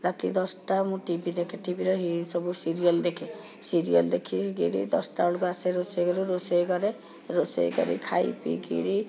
ରାତି ଦଶଟା ମୁଁ ଟି ଭି ଦେଖେ ଟିଭିର ହେ ସବୁ ସିରିଏଲ୍ ଦେଖେ ସିରିଏଲ୍ ଦେଖି କରି ଦଶଟା ବେଳକୁ ଆସେ ରୋଷେଇ ଘରକୁ ରୋଷେଇ କରେ ରୋଷେଇ କରି ଖାଇ ପିଇକରି